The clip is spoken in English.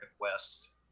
west